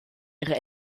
ihre